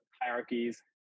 hierarchies